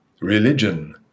Religion